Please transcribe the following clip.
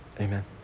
Amen